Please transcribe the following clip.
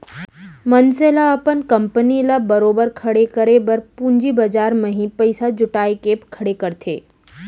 मनसे ल अपन कंपनी ल बरोबर खड़े करे बर पूंजी बजार म ही पइसा जुटा के खड़े करथे